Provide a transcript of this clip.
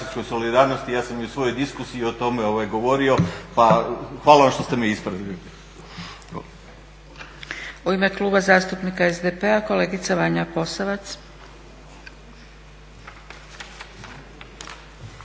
hvala vam što ste me ispravili.